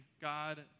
God